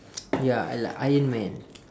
ya I like iron man